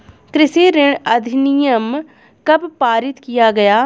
कृषि ऋण अधिनियम कब पारित किया गया?